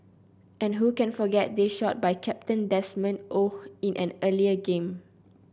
and who can forget this shot by captain Desmond Oh in an earlier game